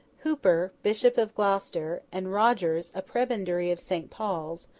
hooper, bishop of gloucester, and rogers, a prebendary of st. paul's,